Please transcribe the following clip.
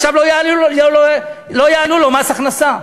עכשיו לא יעלו לו מס הכנסה.